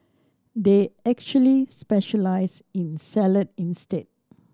they actually specialise in salad instead